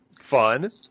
fun